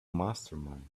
mastermind